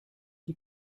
die